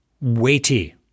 weighty